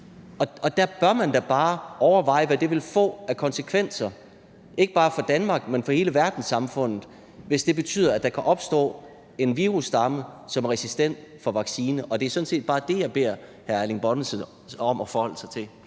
Der bør man da bare overveje, hvad det vil få af konsekvenser ikke bare for Danmark, men for hele verdenssamfundet, hvis det betyder, at der kan opstå en virusstamme, som er resistent over for vaccine. Det er sådan set bare det, jeg beder hr. Erling Bonnesen om at forholde sig til.